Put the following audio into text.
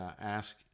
ask